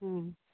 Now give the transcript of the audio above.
ᱦᱚᱸ